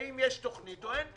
האם יש תוכנית או אין תוכנית?